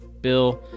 Bill